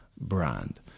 brand